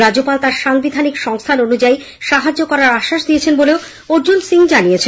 রাজ্যপাল তাঁর সাংবিধানিক সংস্থান অনুযায়ী সাহায্য করার আশ্বাস দিয়েছেন বলে অর্জুন সিং জানিয়েছেন